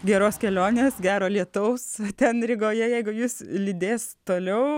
geros kelionės gero lietaus ten rygoje jeigu jis lydės toliau